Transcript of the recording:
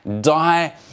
die